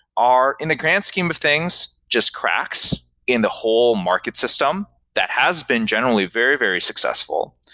are in the grand scheme of things just cracks in the whole market system that has been generally very, very successful.